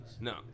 No